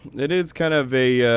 it is kind of a